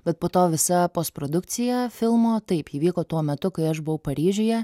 bet po to visa postprodukcija filmo taip ji vyko tuo metu kai aš buvau paryžiuje